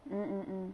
mm mm